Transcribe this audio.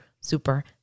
super